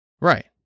Right